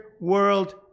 world